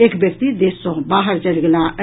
एक व्यक्ति देश सँ बाहर चलि गेलाह अछि